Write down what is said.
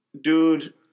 Dude